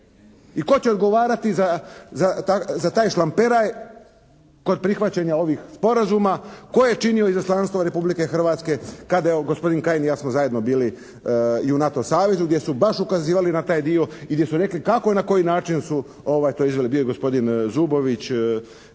I tko će odgovarati za taj šlamperaj kod prihvaćanja ovih sporazuma? Tko je činio izaslanstvo Republike Hrvatske kada, evo gospodin Kajin i ja smo zajedno bili u NATO savezu gdje su baš ukazivali na taj dio i gdje su rekli kako i na koji način su to izveli. Bio je i gospodin Zubović